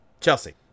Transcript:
Chelsea